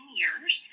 years